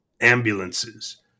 ambulances